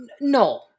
no